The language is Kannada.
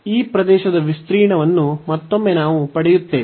ಈ ಪ್ರದೇಶದ ವಿಸ್ತೀರ್ಣವನ್ನು ಮತ್ತೊಮ್ಮೆ ನಾವು ಪಡೆಯುತ್ತೇವೆ